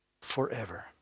forever